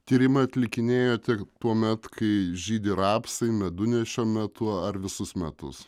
tyrimą atlikinėjo tik tuomet kai žydi rapsai medunešio metu ar visus metus